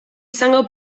izango